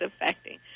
affecting